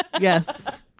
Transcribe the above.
Yes